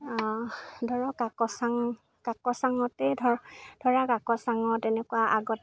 ধৰক কাকচাং কাকচাঙতেই ধৰ ধৰা কাকচাঙত এনেকুৱা আগত